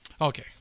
Okay